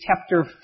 chapter